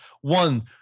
One